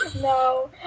No